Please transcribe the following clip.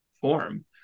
form